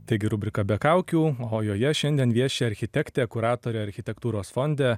taigi rubrika be kaukių o joje šiandien vieši architektė kuratorė architektūros fonde